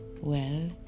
Well